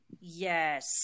yes